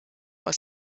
aus